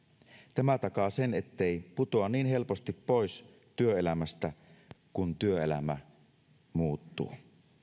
tämä takaa sen ettei putoa niin helposti pois työelämästä kun työelämä muuttuu